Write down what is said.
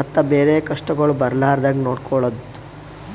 ಮತ್ತ ಬೇರೆ ಕಷ್ಟಗೊಳ್ ಬರ್ಲಾರ್ದಂಗ್ ನೊಡ್ಕೊಳದ್